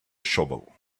shovel